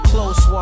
Close